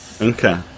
Okay